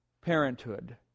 parenthood